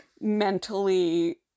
mentally